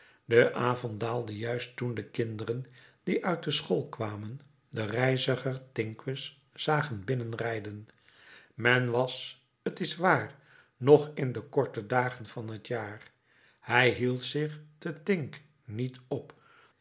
de avond daalde juist toen de kinderen die uit de school kwamen den reiziger tinques zagen binnenrijden men was t is waar nog in de korte dagen van het jaar hij hield zich te tinques niet op